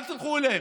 אל תלכו אליהם.